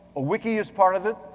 ah wiki is part of it.